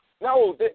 No